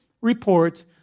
report